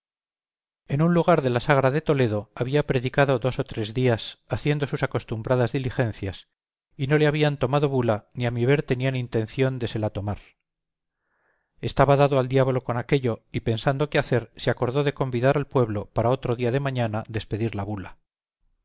en un lugar de la sagra de toledo había predicado dos o tres días haciendo sus acostumbradas diligencias y no le habían tomado bula ni a mi ver tenían intención de se la tomar estaba dado al diablo con aquello y pensando qué hacer se acordó de convidar al pueblo para otro día de mañana despedir la bula